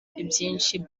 ibyinshi